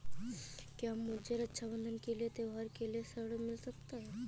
क्या मुझे रक्षाबंधन के त्योहार के लिए ऋण मिल सकता है?